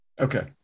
Okay